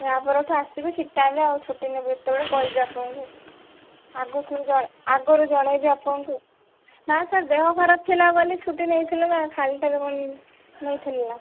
ୟା ପରଠୁ ଆସିବି ଠିକ୍ ଟାଇମରେ ଆଉ ଛୁଟି ନେବି ଯେତେବେଳେ କହିବି ଆପଣଙ୍କୁ ଆଗଥରୁ ଜ ଆଗରୁ ଜଣାଇବି ଆପଣଙ୍କୁ ନା ସାର୍ ଦେହ ଖରାପ ଥିଲା ବୋଲି ଛୁଟି ନେଇଥିଲି ନା ଖାଲିଟାରେ କ'ଣ ନେଇଥିଲି ନା